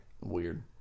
Weird